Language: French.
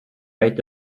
été